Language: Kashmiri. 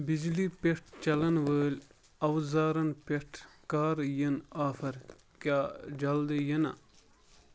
بِجلی پیٚٹھ چَلن وٲلۍ اَوازارن پٮ۪ٹھ کَر یِنۍ آفر کیٛاہ جلدٕی یِنہٕ